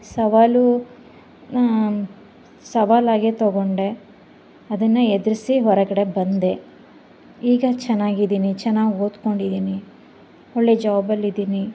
ಸವಾಲು ನಾ ಸವಾಲಾಗೆ ತಗೊಂಡೆ ಅದನ್ನು ಎದುರಿಸಿ ಹೊರಗಡೆ ಬಂದೆ ಈಗ ಚೆನ್ನಾಗಿದಿನಿ ಚೆನ್ನಾಗ್ ಓದ್ಕೊಂಡಿದೀನಿ ಒಳ್ಳೆ ಜಾಬಲ್ಲಿ ಇದೀನಿ